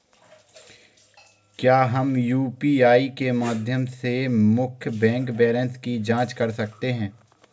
क्या हम यू.पी.आई के माध्यम से मुख्य बैंक बैलेंस की जाँच कर सकते हैं?